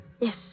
Yes